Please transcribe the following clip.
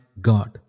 God